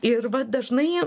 ir vat dažnai